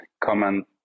comment